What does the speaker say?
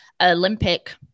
Olympic